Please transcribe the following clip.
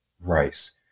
Rice